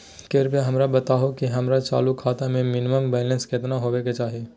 कृपया हमरा बताहो कि हमर चालू खाता मे मिनिमम बैलेंस केतना होबे के चाही